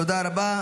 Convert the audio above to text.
תודה רבה.